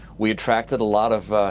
we attracted a lot of